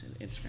Instagram